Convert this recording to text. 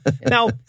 Now